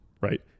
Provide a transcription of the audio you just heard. right